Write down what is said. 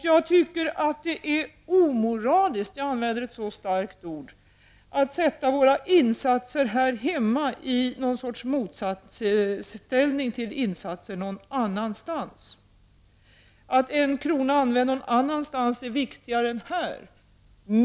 Jag tycker det är omoraliskt — jag använder ett så starkt ord — att sätta våra insatser här hemma i någon sorts motsatsställning till insatser någon annanstans, så att man säger att en krona använd någon annanstans är viktigare än en krona använd här.